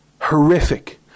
Horrific